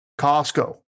Costco